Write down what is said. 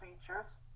features